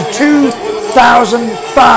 2005